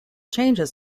changes